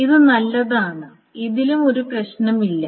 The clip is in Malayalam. ഇത് നല്ലതാണ് ഇതിലും ഒരു പ്രശ്നവുമില്ല